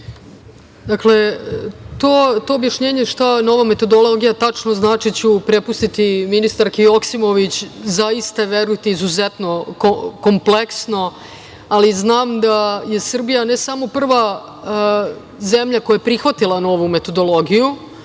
vam. Dakle, to objašnjenje šta nova metodologija tačno znači ću prepustiti ministarki Joksimović, zaista, verujte, izuzetno kompleksno, ali znam da je Srbija ne samo prva zemlja koja je prihvatila novu metodologiju